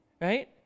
right